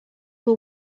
will